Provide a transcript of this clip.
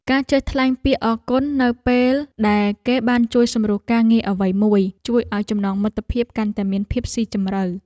ការចេះថ្លែងពាក្យអរគុណនៅពេលដែលគេបានជួយសម្រួលការងារអ្វីមួយជួយឱ្យចំណងមិត្តភាពកាន់តែមានភាពស៊ីជម្រៅ។